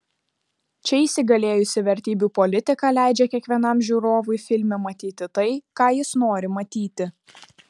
čia įsigalėjusi vertybių politika leidžia kiekvienam žiūrovui filme matyti tai ką jis nori matyti